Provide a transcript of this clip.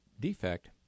defect